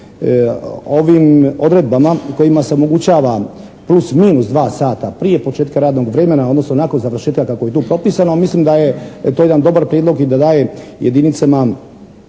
Ovim odredbama kojima se omogućava plus minus dva sata prije početka radnog vremena odnosno nakon završetka kako je tu propisano mislim da je to jedan dobar prijedlog i da daje jedinicama